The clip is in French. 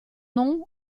nom